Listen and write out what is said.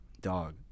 dog